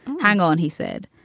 hang on, he said.